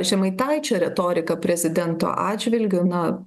žemaitaičio retoriką prezidento atžvilgiu na